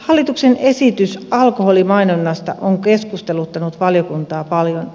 hallituksen esitys alkoholimainonnasta on keskusteluttanut valiokuntaa paljon